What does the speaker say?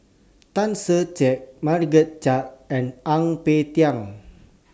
Tan Ser Cher Margaret Chan and Ang Peng Tiam